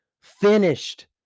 finished